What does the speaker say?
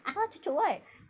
!huh! cucuk what